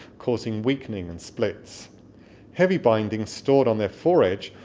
causing weakening and splits heavy bindings stored on their fore edge,